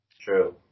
True